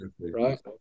right